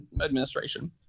administration